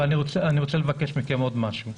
אני רוצה לבקש מכם עוד משהו.